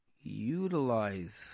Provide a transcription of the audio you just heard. utilize